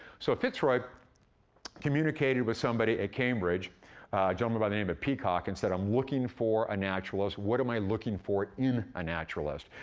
so fitzroy communicated with somebody at cambridge, a gentleman by the name of peacock, and said, i'm looking for a naturalist. what am i looking for in a naturalist?